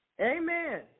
Amen